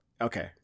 Okay